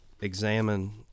examine